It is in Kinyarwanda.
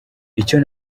icyo